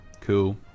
Cool